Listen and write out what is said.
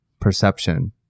perception